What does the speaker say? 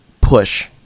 Push